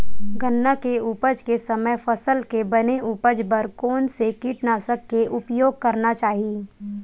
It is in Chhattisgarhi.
गन्ना के उपज के समय फसल के बने उपज बर कोन से कीटनाशक के उपयोग करना चाहि?